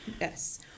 Yes